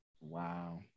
Wow